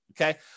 Okay